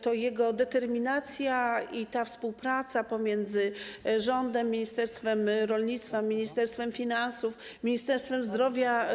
to dzięki jego determinacji i współpracy pomiędzy rządem, Ministerstwem Rolnictwa i Rozwoju Wsi, ministerstwem finansów oraz Ministerstwem Zdrowia.